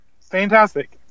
Fantastic